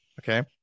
Okay